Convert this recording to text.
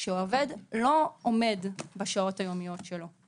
שעובד לא עומד בשעות היומיות שלו,